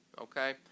okay